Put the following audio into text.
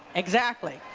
exactly.